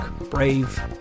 brave